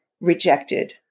rejected